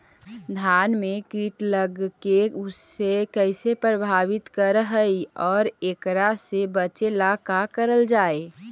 धान में कीट लगके उसे कैसे प्रभावित कर हई और एकरा से बचेला का करल जाए?